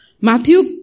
Matthew